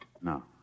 No